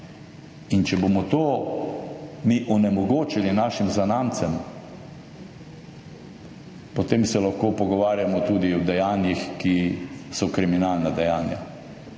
in če bomo to mi onemogočili našim zanamcem, potem se lahko pogovarjamo tudi o dejanjih, ki so kriminalna dejanja.